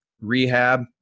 rehab